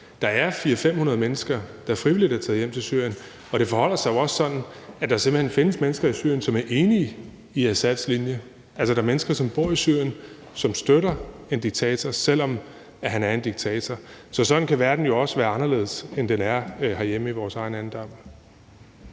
der er 400-500 mennesker, der frivilligt er taget hjem til Syrien. Det forholder sig jo også sådan, at der simpelt hen findes mennesker i Syrien, som er enige i Assads linje. Altså, der er mennesker, som bor i Syrien, og som støtter en diktator, selv om han er en diktator. Så sådan kan verden jo også være anderledes, end den er herhjemme i vores egen andedam.